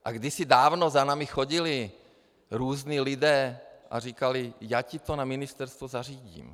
A kdysi dávno za námi chodili různí lidé a říkali: Já ti to na ministerstvu zařídím.